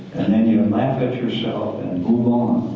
and then you laugh at yourself and